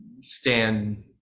stand